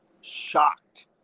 shocked